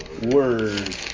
Word